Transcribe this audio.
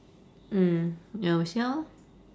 mm ya we see how lor